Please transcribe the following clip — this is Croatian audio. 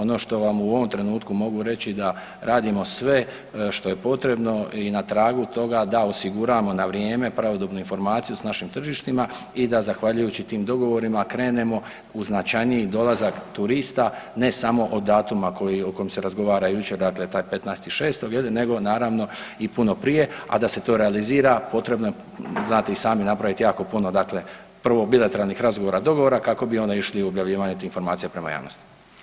Ono što vam u ovom trenutku mogu reći da radimo sve što je potrebno i na tragu toga da osiguramo na vrijeme pravodobnu informaciju s našim tržištima i da zahvaljujući tim dogovorima krenemo u značajniji dolazak turista ne samo od datuma o kojem se razgovaralo jučer, dakle taj 15.6. je li nego naravno naravno i puno prije, a da se to realizira potrebno je znate i sami napravit jako puno, dakle prvo bilateralnih razgovora i dogovora kako bi onda išli u objavljivanje tih informacija prema javnosti.